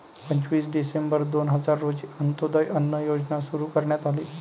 पंचवीस डिसेंबर दोन हजार रोजी अंत्योदय अन्न योजना सुरू करण्यात आली